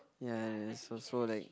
ya there's also like